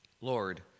Lord